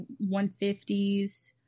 150s